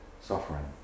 suffering